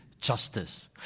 justice